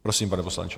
Prosím, pane poslanče.